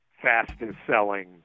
fastest-selling